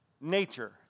nature